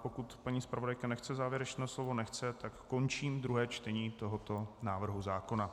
Pokud paní zpravodajka nechce závěrečné slovo nechce, tak končím druhé čtení tohoto návrhu zákona.